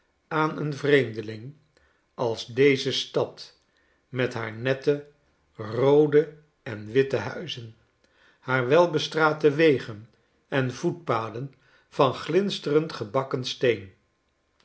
aan een vreemdeling als deze stad met haar nette roode en witte huizen haar welbestrate wegen en voetpaden van glinsterend gebakken steen